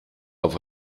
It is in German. auf